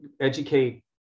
educate